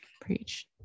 Preach